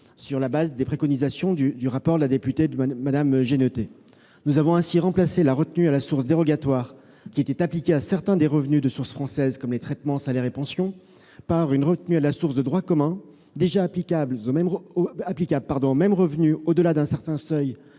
sur la base des préconisations du rapport de la députée Anne Genetet. Nous avons ainsi remplacé la retenue à la source dérogatoire qui était appliquée à certains des revenus de source française, comme les traitements, salaires et pensions, par une retenue à la source de droit commun, déjà applicable aux mêmes revenus au-delà d'un certain seuil